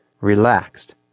relaxed